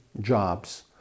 jobs